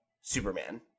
Superman